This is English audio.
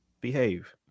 Behave